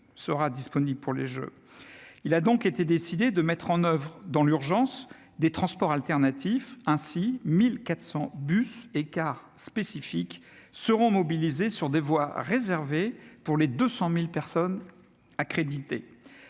Il a donc été décidé de mettre en oeuvre, dans l'urgence, des transports alternatifs. Ainsi, 1 400 bus et cars spécifiques seront mobilisés, sur des voies réservées, pour les 200 000 personnes accréditées.